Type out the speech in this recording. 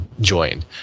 joined